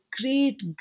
great